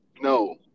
No